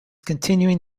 continuing